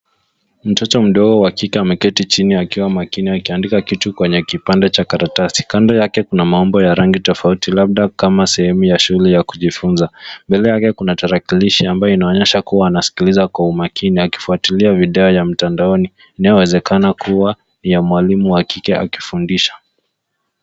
Mtoto mdogo wa kike ameketi chini akiwa makini akiandika kitu kwenye kipande cha karatasi. Kando yake kuna maumbo ya rangi tofauti labda kama sehemu ya shule ya kujifunza. Mbele yake kuna tarakilishi ambayo inaonyesha kuwa anasikiliza kwa umakini akifuatilia video ya mtandaoni inayowezekana kuwa ya mwalimu wa kike akifundisha.